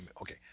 okay